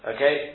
Okay